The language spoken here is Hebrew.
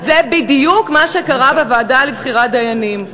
זה בדיוק מה שקרה בוועדה לבחירת דיינים,